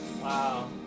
Wow